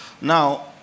Now